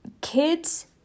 kids